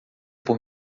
por